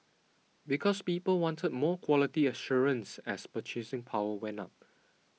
because people wanted more quality assurance as purchasing power went up